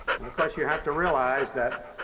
and of course, you have to realize that,